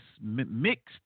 mixed